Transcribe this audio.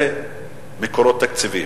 זה מקורות תקציביים.